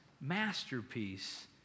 masterpiece